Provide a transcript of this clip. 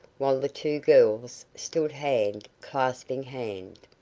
while the two girls stood hand clasping hand.